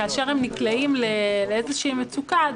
כאשר הם נקלעים לאיזושהי מצוקה,